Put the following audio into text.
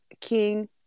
King